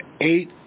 eight